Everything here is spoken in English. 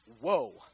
Whoa